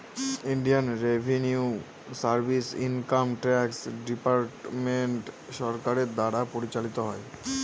Indian revenue service income tax department সরকারের দ্বারা পরিচালিত হয়